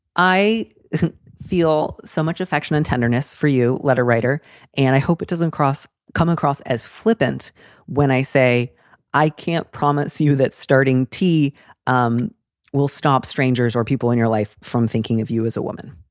i feel so much affection and tenderness for you. letter writer and i hope it doesn't cross come across as flippant when i say i can't promise you that starting t um will stop strangers or people in your life from thinking of you as a woman,